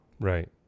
Right